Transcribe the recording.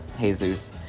Jesus